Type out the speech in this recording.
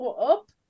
Up